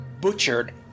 butchered